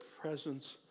presence